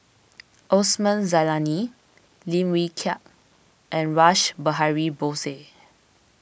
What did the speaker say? Osman Zailani Lim Wee Kiak and Rash Behari Bose